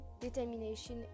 determination